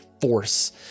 force